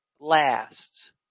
lasts